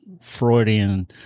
Freudian